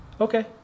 Okay